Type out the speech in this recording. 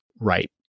right